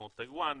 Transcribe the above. כמו טייוואן.